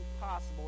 possible